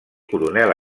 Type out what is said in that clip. coronel